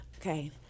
Okay